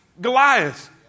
Goliath